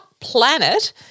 planet